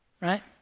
right